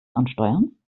ansteuern